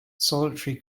solitary